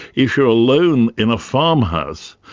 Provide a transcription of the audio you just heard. if you're alone in a farmhouse,